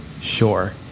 Sure